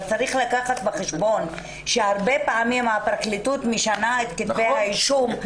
אבל צריך לקחת בחשבון שהרבה פעמים הפרקליטות משנה את כתבי האישום.